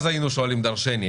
אז היינו אומרים דרשני,